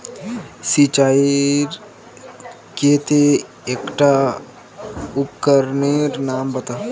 सिंचाईर केते एकटा उपकरनेर नाम बता?